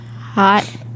Hot